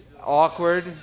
awkward